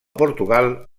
portugal